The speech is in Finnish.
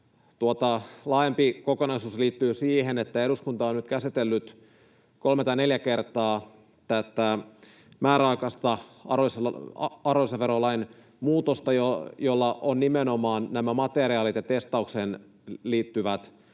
laajempi kokonaisuus liittyy siihen, että eduskunta on nyt käsitellyt kolme tai neljä kertaa tätä määräaikaista arvonlisäverolain muutosta, jolla nimenomaan nämä materiaalit ja testaukseen liittyvät